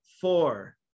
four